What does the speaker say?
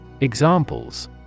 Examples